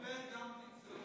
הוא קיבל גם תקצוב.